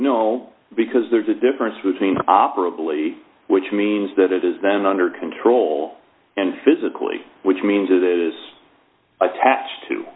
no because there's a difference between operability which means that it is then under control and physically which means it is attached to